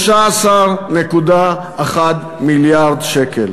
כ-13.1 מיליארד שקל.